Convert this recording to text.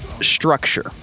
structure